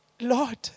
Lord